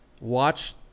watch